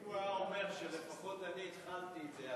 אם הוא היה אומר שלפחות אני התחלתי את זה,